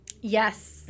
Yes